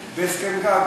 בהסכם-גג,